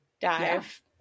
dive